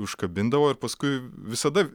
užkabindavo ir paskui visada